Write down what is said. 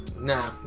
Nah